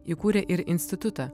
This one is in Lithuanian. įkūrė ir institutą